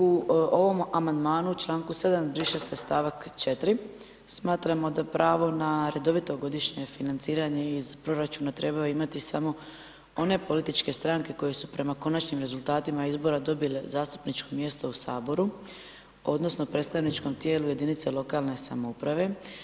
U ovom amandmanu čl. 7. briše se stavak 4. smatramo da pravo na redovito godišnje financiranje iz proračuna, trebaju imati samo one političke stranke, koje su prema konačnim rezultatima izbora dobile zastupničko mjesto u Saboru, odnosno, predstavničko tijelo jedinice lokalne samouprave.